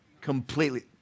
Completely